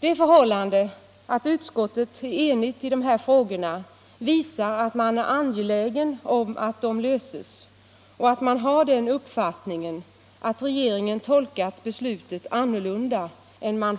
Det förhållandet att utskottet är enigt i de här frågorna visar att man är angelägen om att de löses och att man har den uppfattningen att regeringen tolkat beslutet annorlunda än